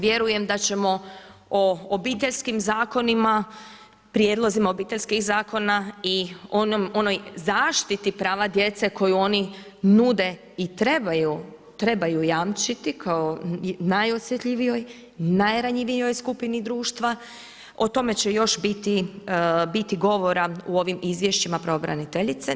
Vjerujem da ćemo o obiteljskim zakonima, prijedlozima obiteljskih zakona i onoj zaštiti prava djece koju oni nude i trebaju jamčiti kao najosjetljivijoj, najranjivijoj skupini društva, o tome će još biti govora u ovim izvješćima pravobraniteljice.